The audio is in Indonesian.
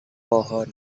pohon